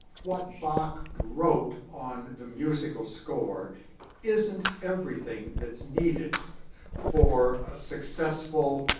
what bach wrote on the musical score isn't everything that's needed for a successful,